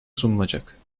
sunulacak